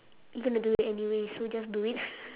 you gonna do it anyway so just do it